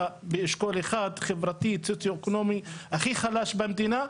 באשכול אחד חברתי סוציואקונומי הכי חלש במדינה,